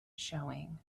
showing